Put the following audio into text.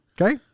okay